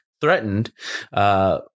threatened